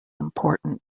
important